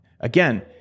Again